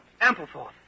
Ampleforth